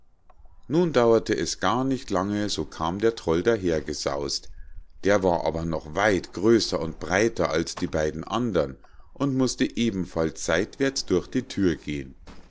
nun dauerte es nicht gar lange so kam der troll dahergesaus't der war aber noch weit größer und breiter als die beiden andern und mußte ebenfalls seitwärts durch die thür gehen